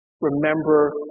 Remember